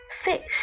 Fish